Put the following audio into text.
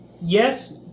Yes